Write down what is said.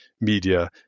media